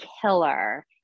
killer